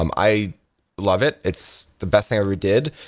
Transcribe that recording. um i love it. it's the best thing i ever did,